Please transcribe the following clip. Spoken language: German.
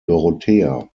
dorothea